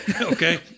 Okay